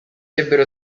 ebbero